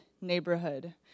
Neighborhood